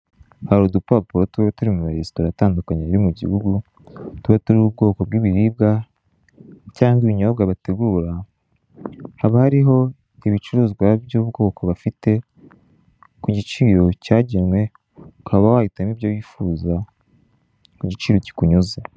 Hari udupapuro tuba turi mu maresitora atandukanye yo mu gihugu tuba turiho ubwoko bw'ibiribwa cyangwa ibinyobwa bategura haba hariho ibicuruzwa by'ubwoko bafite ku giciro cyagenwe ukaba wahitamo ibyo wifuza ku giciro kikunyuze.